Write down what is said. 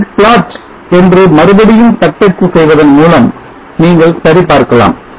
set plot என்று மறுபடியும் தட்டச்சு செய்வதன் மூலம் நீங்கள் சரி பார்க்கலாம்